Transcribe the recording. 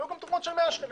והיו גם תרומות של 100 שקלים